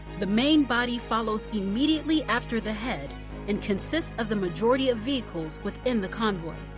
the main body follows immediately after the head and consists of the majority of vehicles within the convoy.